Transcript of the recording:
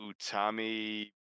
Utami